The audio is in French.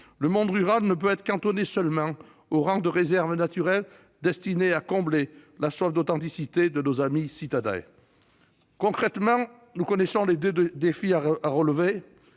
le monde rural ne peut être cantonné au rôle de réserve naturelle destinée à combler la soif d'authenticité de nos amis citadins. Concrètement, nous connaissons les deux défis à relever